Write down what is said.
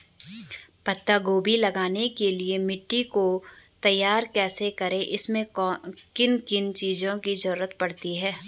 पत्ता गोभी लगाने के लिए मिट्टी को तैयार कैसे करें इसमें किन किन चीज़ों की जरूरत पड़ती है?